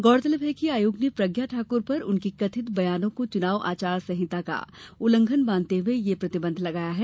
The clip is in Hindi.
गौरतलब है कि आयोग ने प्रज्ञा ठाकुर पर उनके कतिथ बयानों को चुनाव आचार संहिता का उल्लघंन मानते हुये यह प्रतिबंध लगाया है